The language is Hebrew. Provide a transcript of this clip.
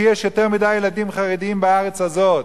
שיש יותר מדי ילדים חרדים בארץ הזאת.